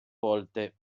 volte